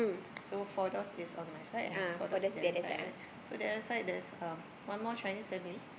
so four doors is on my side four doors the other side right so the other side there's um one more Chinese family